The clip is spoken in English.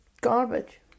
garbage